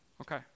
Okay